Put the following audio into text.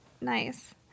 Nice